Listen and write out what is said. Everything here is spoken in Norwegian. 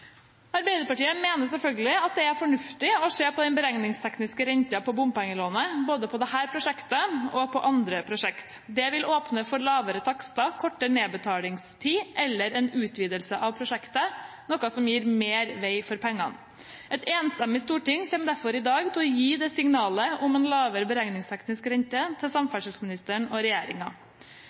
Arbeiderpartiet mener selvfølgelig at det er fornuftig å se på den beregningstekniske renten på bompengelånet, både i dette prosjektet og i andre prosjekter. Det vil åpne for lavere takster, kortere nedbetalingstid eller en utvidelse av prosjektet, noe som gir mer vei for pengene. Et enstemmig storting kommer derfor i dag til å gi dette signalet om en lavere beregningsteknisk rente til samferdselsministeren og